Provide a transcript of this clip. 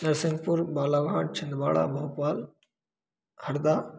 Narsinghpur Balaghat Chhindwara Bhopal Harda